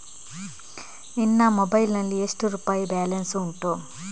ನಿನ್ನ ಮೊಬೈಲ್ ನಲ್ಲಿ ಎಷ್ಟು ರುಪಾಯಿ ಬ್ಯಾಲೆನ್ಸ್ ಉಂಟು?